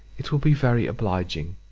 it will be very obliging.